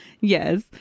Yes